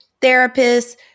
therapists